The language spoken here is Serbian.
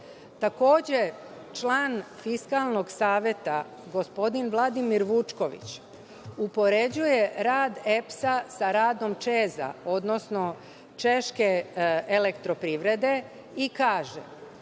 član Fiskalnog saveta, gospodin Vladimir Vučković upoređuje rad EPS-a sa radom ČEZ-a, odnosno Češke elektroprivrede i kaže